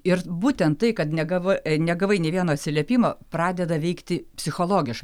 ir būtent tai kad negavai negavai nė vieno atsiliepimo pradeda veikti psichologiškai